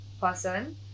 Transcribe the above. person